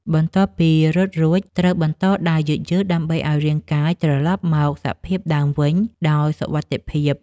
បន្ទាប់ពីរត់រួច ត្រូវបន្តដើរយឺតៗ ដើម្បីឱ្យរាងកាយត្រលប់មកសភាពដើមវិញដោយសុវត្ថិភាព។